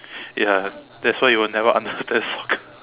ya that's why you will never understand soccer